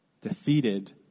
Defeated